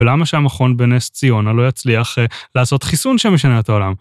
ולמה שהמכון בנס ציונה לא יצליח לעשות חיסון שמשנה את העולם?